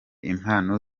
impano